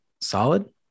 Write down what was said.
solid